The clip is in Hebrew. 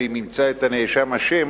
ואם ימצא את הנאשם אשם,